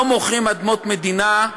לא מוכרים אדמות מדינה.